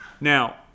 Now